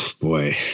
boy